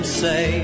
say